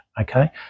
okay